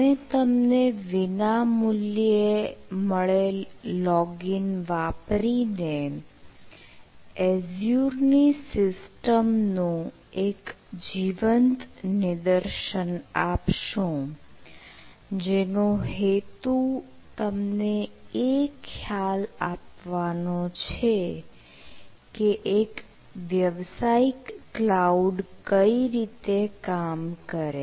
અમે તમને વિનામૂલ્યે મળેલ લોગીન વાપરીને એઝ્યુર ની સિસ્ટમનું એક જીવંત નિદર્શન આપશું જેનો હેતુ તમને એ ખ્યાલ આપવાનો છે કે એક વ્યવસાયિક ક્લાઉડ કઈ રીતે કામ કરે